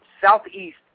southeast